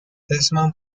اسمم